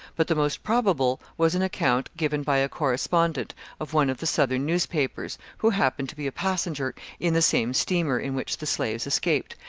but the most probable was an account given by a correspondent of one of the southern newspapers, who happened to be a passenger in the same steamer in which the slaves escaped,